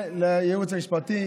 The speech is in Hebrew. ולייעוץ המשפטי,